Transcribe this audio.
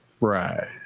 Right